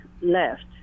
left